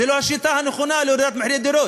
זו לא השיטה הנכונה להורדת מחירי הדירות.